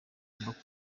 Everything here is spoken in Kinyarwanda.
rugomba